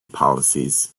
policies